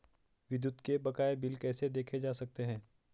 विद्युत के बकाया बिल कैसे देखे जा सकते हैं?